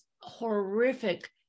horrific